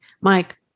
Mike